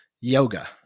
yoga